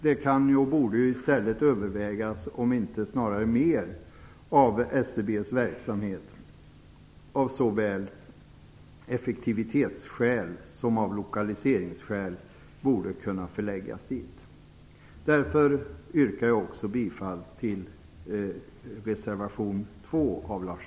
Det kan och borde i stället övervägas om inte snarare mer av SCB:s verksamhet av både effektivitets och lokaliseringsskäl borde kunna förläggas dit. Därför yrkar jag också bifall till reservation 2 av Lars